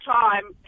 time